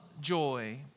joy